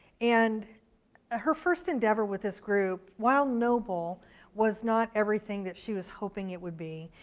and her first endeavor with this group while noble was not everything that she was hoping it would be.